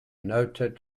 noted